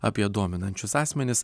apie dominančius asmenis